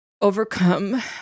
overcome